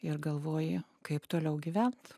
ir galvoji kaip toliau gyvent